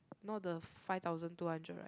no the five thousand two hundred right